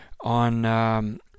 on